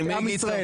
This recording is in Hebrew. את עם ישראל.